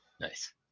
nice